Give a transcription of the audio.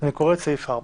אני קורא את סעיף 4